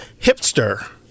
hipster